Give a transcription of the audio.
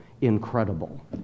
incredible